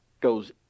goes